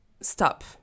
stop